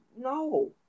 no